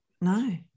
No